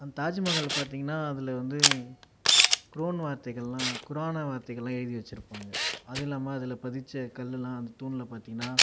அந்த தாஜ்மஹாலில் பார்த்தீங்கன்னா அதில் வந்து குரோன் வார்த்தைகளெலாம் குரானை வார்த்தைகளெலாம் எழுதி வச்சிருப்பாங்க அதுவும் இல்லாமல் அதில் பதித்த கல்லெலாம் அந்த தூணில் பார்த்தீங்கன்னா